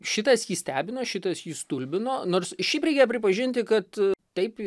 šitas jį stebino šitas jį stulbino nors šiaip reikia pripažinti kad taip